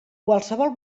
qualsevol